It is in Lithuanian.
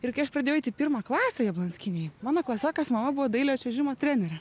ir kai aš pradėjau eit į pirmą klasę jablonskynėj mano klasiokės mama buvo dailiojo čiuožimo trenerė